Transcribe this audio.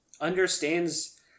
understands